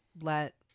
let